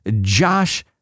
Josh